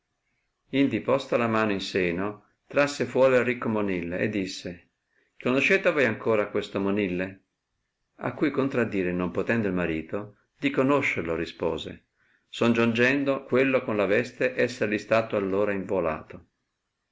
indi posta la mano in seno trasse fuora il ricco monille e disse conoscete voi ancora questo monille a cui contradire non potendo il marito di conoscerlo rispose soggiongendo quello con la veste esserli stato all ora involato